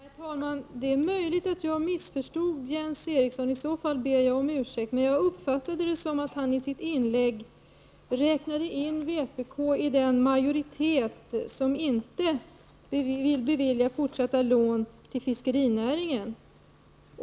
Herr talman! Det är möjligt att jag missförstått Jens Erikssons anförande, och i så fall ber jag om ursäkt, men jag uppfattade att han i sitt inlägg räknade in vpk i den majoritet som inte vill bevilja fortsatta lån till fiskerinäringen.